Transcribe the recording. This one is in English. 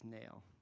nail